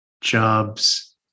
jobs